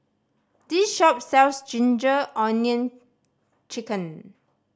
this shop sells ginger onion chicken